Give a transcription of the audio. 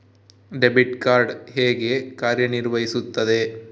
Debit card ಹೇಗೆ ಕಾರ್ಯನಿರ್ವಹಿಸುತ್ತದೆ?